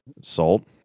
salt